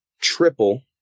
triple